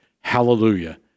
Hallelujah